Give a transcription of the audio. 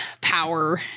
power